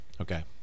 Okay